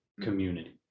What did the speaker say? community